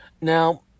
Now